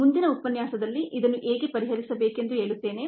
ಮುಂದಿನ ಉಪನ್ಯಾಸದಲ್ಲಿ ಇದನ್ನು ಹೇಗೆ ಪರಿಹರಿಸಬೇಕೆಂದು ಹೇಳುತ್ತೇನೆ